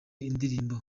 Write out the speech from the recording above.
indirimbo